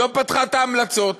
לא פתחה את ההמלצות,